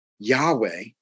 yahweh